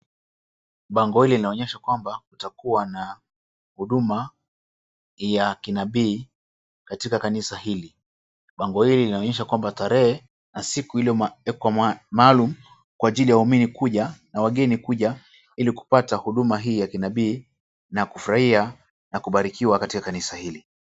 Bango hili linaonyesha kwamba kutakuwa na huduma ya kinabii katika kanisa hili. Bango hili linaonyesha kwamba tarehe na siku iliyowekwa maalum kwa ajili ya waumini kuja na wageni kuja ilikupata huduma hii ya kinabii na kufurahia na kubarikiwa katika kanisa hili